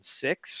six